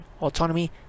autonomy